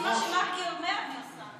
מה שמרגי אומר, אני עושה.